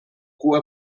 cua